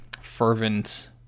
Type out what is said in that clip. fervent